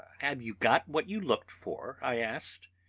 have you got what you looked for? i asked,